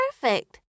Perfect